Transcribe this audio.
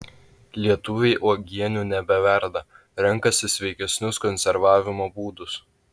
lietuviai uogienių nebeverda renkasi sveikesnius konservavimo būdus